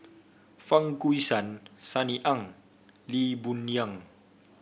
Fang Guixiang Sunny Ang Lee Boon Yang